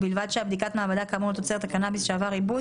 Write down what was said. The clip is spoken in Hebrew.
ובלבד שבדיקות מעבדה כאמור לתוצרת הקנאביס שעבר עיבוד,